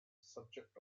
subject